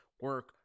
Work